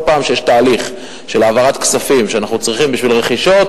כל פעם שיש תהליך של העברת כספים שאנחנו צריכים בשביל רכישות,